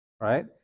Right